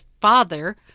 father